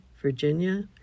Virginia